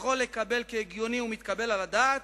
יכול לקבל כהגיוני ומתקבל על הדעת,